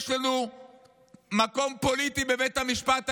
יש לנו מקום פוליטי בבית המשפט העליון.